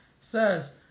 says